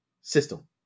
system